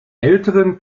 älteren